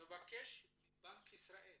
אני מבקש מבנק ישראל